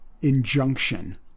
injunction